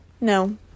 No